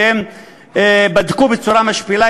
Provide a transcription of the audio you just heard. שהם בדקו בצורה משפילה,